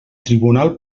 tribunal